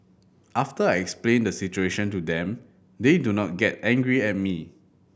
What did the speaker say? after I explain the situation to them they do not get angry at me